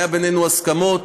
היו בינינו הסכמות,